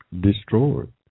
destroyed